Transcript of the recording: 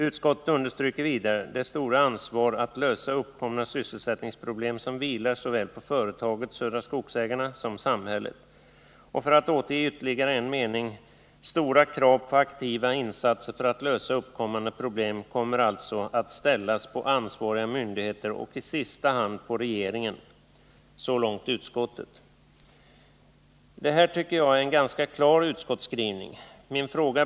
—--=—- Utskottet vill —-——- understryka det stora ansvar att lösa uppkomna sysselsättningsproblem som vilar såväl på företaget — Södra Skogsägarna — som på samhället.” Utskottet understryker vidare: ”Stora krav på aktiva insatser för att lösa uppkommande problem kommer alltså att ställas på ansvariga myndigheter och i sista hand på regeringen.” Detta tycker jag är en ganska klar utskottsskrivning.